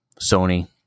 Sony